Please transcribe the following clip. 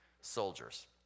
soldiers